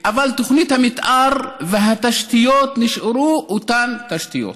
אבל תוכנית המתאר והתשתיות נשארו אותן תשתיות,